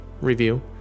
review